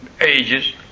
ages